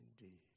Indeed